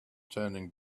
turning